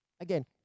Again